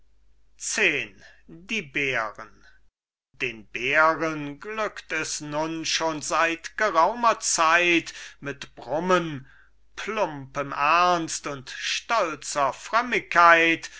die bäre den bären glückt es nun schon seit geraumer zeit mit brummen plumpem ernst und stolzer frömmigkeit